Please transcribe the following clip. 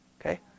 Okay